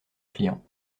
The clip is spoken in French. client